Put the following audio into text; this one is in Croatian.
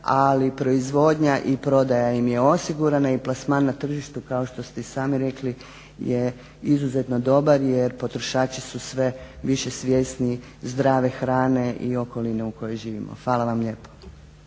ali proizvodnja i prodaja im je osigurana i plasman na tržištu kao što ste i sami rekli je izuzetno dobar jer potrošači su sve više svjesni zdrave hrane i okoline u kojoj živimo. Hvala vam lijepo.